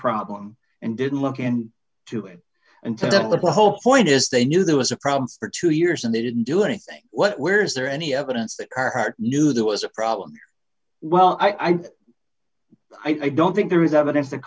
problem and didn't look in to it until a whole point is they knew there was a problem for two years and they didn't do anything what where is there any evidence that hard knew there was a problem well i think i don't think there is evidence t